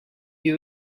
you